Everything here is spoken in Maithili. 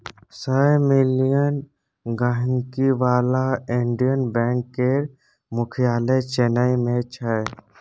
सय मिलियन गांहिकी बला इंडियन बैंक केर मुख्यालय चेन्नई मे छै